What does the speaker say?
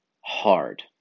hard